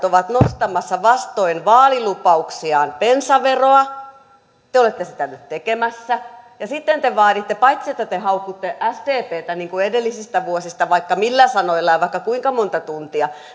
ovat nostamassa vastoin vaalilupauksiaan bensaveroa te olette sitä nyt tekemässä ja sitten te vaaditte paitsi että te haukutte sdptä edellisistä vuosista vaikka millä sanoilla ja vaikka kuinka monta tuntia